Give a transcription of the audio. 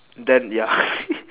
then ya